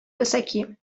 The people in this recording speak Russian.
высоки